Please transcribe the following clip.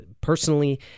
personally